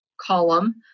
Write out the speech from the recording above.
column